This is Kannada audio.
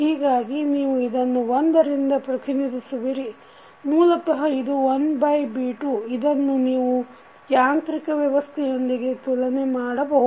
ಹೀಗಾಗಿ ನೀವು ಇದನ್ನು 1 ರಿಂದ ಪ್ರತಿನಿಧಿಸುವಿರಿ ಮೂಲತಃ ಇದು 1B2 ಇದನ್ನು ನೀವು ಯಾಂತ್ರಿಕ ವ್ಯವಸ್ಥೆಯೊಂದಿಗೆ ತುಲನೆ ಮಾಡಬಹುದು